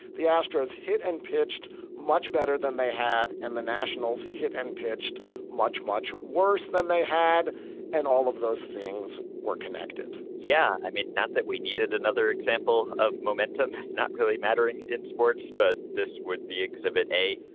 the astros hit and pitched much better than they had and the nationals hit and pitched much much worse than they had and all of those things were connected yeah i mean not that we needed another example of momentum not really mattering in sports but this would be exhibit a.